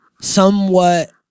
somewhat